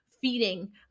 feeding